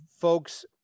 folks